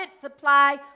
supply